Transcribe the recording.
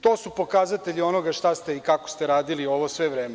To su pokazatelji onoga šta ste i kako ste radili ovo sve vreme.